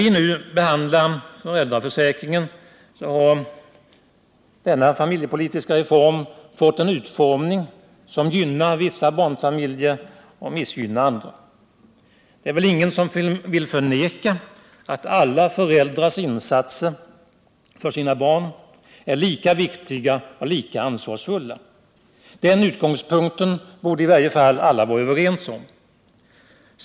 I den familjepolitiska reform som vi nu behandlar har föräldraförsäkringen fått en utformning som gynnar vissa barnfamiljer och missgynnar andra. Det är väl ingen som vill förneka att alla föräldrars insatser för sina barn är lika viktiga och lika ansvarsfulla. Den utgångspunkten borde i varje fall alla vara överens om.